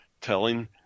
telling